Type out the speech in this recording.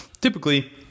typically